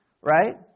right